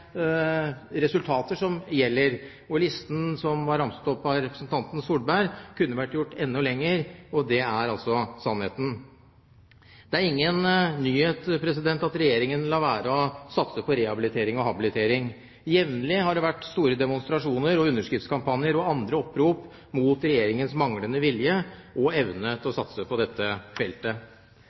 resultater som gjelder. Og listen som ble ramset opp av representanten Solberg, kunne vært gjort enda lenger. Det er sannheten. Det er ingen nyhet at Regjeringen lar være å satse på rehabilitering og habilitering. Jevnlig har det vært store demonstrasjoner, underskriftskampanjer og andre opprop mot Regjeringens manglende vilje og evne til å satse på dette feltet.